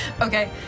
okay